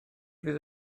fydd